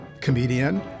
comedian